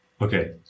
okay